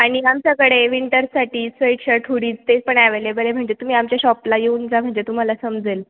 आणि आमच्याकडे विंटरसाठी स्वेट शर्ट हूडीज ते पण एवेलेबल आहे म्हणजे तुम्ही आमच्या शॉपला येऊन जा म्हणजे तुम्हाला समजेल